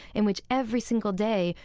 in which every single day,